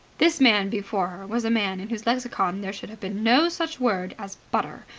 this man before her was a man in whose lexicon there should have been no such word as butter,